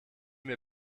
mir